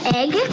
egg